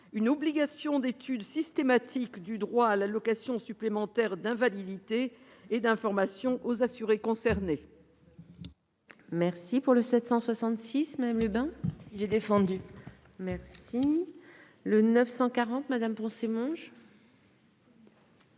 une obligation d'étude systématique du droit à l'allocation supplémentaire d'invalidité et d'information aux assurés concernés.